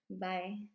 Bye